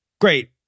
Great